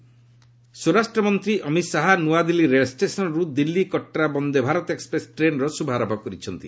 Vande Bharat express ସ୍ୱରାଷ୍ଟ୍ର ମନ୍ତ୍ରୀ ଅମିତ୍ ଶାହା ନ୍ତଆଦିଲ୍ଲୀ ରେଳ ଷ୍ଟେସନ୍ରୁ ଦିଲ୍ଲୀ କଟ୍ରା ବନ୍ଦେ ଭାରତ ଏକ୍ୱପ୍ରେସ୍ ଟ୍ରେନ୍ର ଶୁଭାରମ୍ଭ କରିଛନ୍ତି